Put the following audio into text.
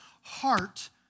heart